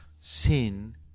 Sin